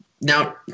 now